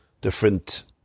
different